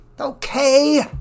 Okay